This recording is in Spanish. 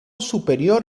superior